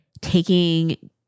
taking